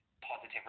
positive